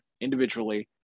individually